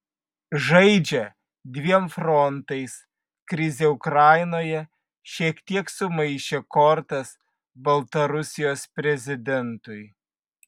žaidžia dviem frontais krizė ukrainoje šiek tiek sumaišė kortas baltarusijos prezidentui